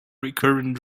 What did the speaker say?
recurrent